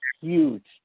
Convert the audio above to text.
huge